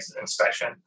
inspection